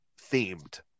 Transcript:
themed